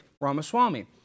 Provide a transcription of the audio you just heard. Ramaswamy